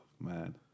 man